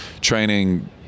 training